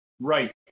Right